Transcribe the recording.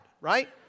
right